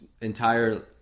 entire